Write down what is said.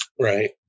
Right